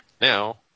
Now